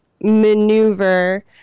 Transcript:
maneuver